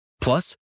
Plus